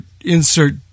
insert